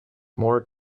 more